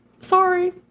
Sorry